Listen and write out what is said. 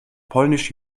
polnisch